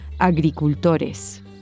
agricultores